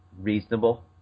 reasonable